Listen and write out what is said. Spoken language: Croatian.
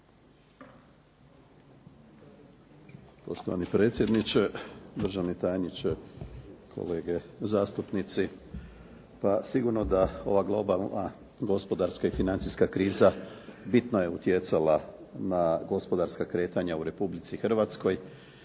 Poštovani predsjedniče, državni tajniče, kolege zastupnici. Pa sigurno da ova globalna gospodarska i financijska kriza bitno je utjecala na gospodarska kretanja u Republici Hrvatskoj